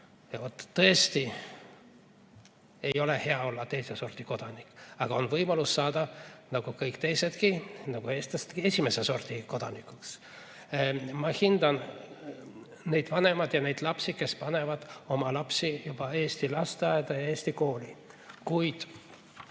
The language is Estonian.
Tõesti ei ole hea olla teise sordi kodanik, aga neil on võimalus saada nagu kõik teisedki, nagu eestlasedki esimese sordi kodanikeks. Ma hindan neid vanemaid, kes panevad oma lapsed eesti lasteaeda ja eesti kooli, kuid